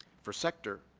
for sector,